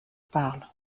parle